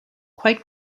quite